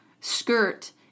skirt